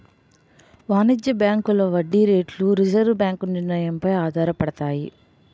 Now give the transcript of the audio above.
వాణిజ్య బ్యాంకుల వడ్డీ రేట్లు రిజర్వు బ్యాంకు నిర్ణయం పై ఆధారపడతాయి